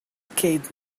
keith